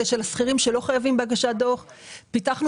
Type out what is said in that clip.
אני תכף